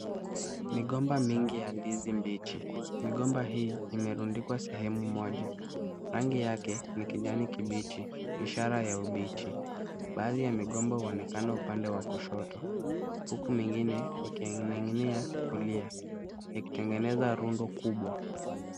Migomba mingi ya ndizi mbichi. Migomba hii imerundikwa sehemu moja, rangi yake ni kijani kibichi ishara ya ubichi. Baadhi ya migomba huonekana upande wa kushoto, huku mingine ikining'inia kulia, ikitengeneza rundo kubwa.